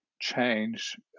change